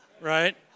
right